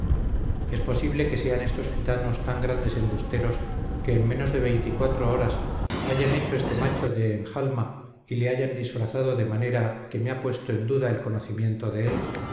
es posible que sean estos gitanos tan grandes embusteros que en menos de veinte y cuatro horas hayan hecho este macho de enjalma y le hayan disfrazado de manera que me ha puesto en duda el conocimiento de él